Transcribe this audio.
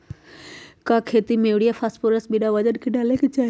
का खेती में यूरिया फास्फोरस बिना वजन के न डाले के चाहि?